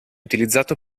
utilizzato